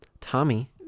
Tommy